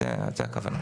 זאת הכוונה.